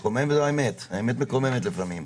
זה מקומם וזו האמת, האמת מקוממת לפעמים.